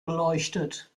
beleuchtet